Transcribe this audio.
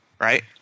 right